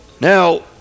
now